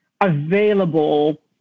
available